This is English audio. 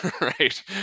right